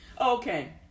Okay